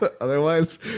Otherwise